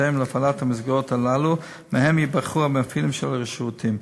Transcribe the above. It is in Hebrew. להפעלת המסגרות האלה ומהם ייבחרו המפעילים של השירותים.